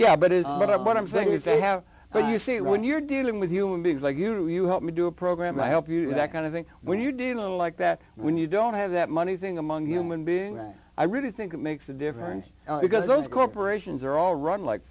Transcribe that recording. yeah but is what i'm what i'm saying is they have but you see it when you're dealing with human beings like you you help me do a program i help you do that kind of thing when you do a little like that when you don't have that money thing among human being that i really think it makes a difference because those corporations are all run like